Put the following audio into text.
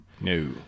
No